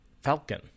Falcon